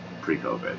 pre-COVID